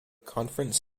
conference